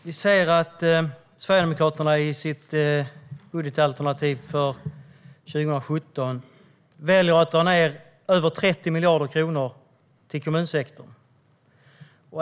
Herr talman! Vi ser att Sverigedemokraterna i sitt budgetalternativ för 2017 väljer att dra ned med över 30 miljarder på kommunsektorn.